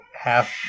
half